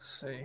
see